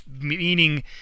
meaning